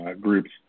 groups